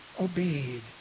obeyed